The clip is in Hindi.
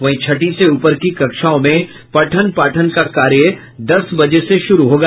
वहीं छठी से ऊपर की कक्षाओं में पठन पाठन का कार्य दस बजे से शुरू होगा